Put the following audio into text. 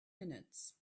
minutes